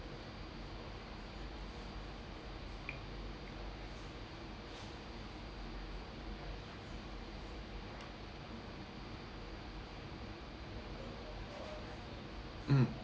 mm